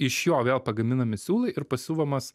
iš jo vėl pagaminami siūlai ir pasiuvamas